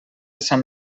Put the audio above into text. sant